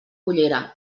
cullera